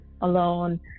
alone